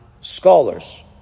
scholars